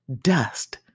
Dust